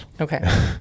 Okay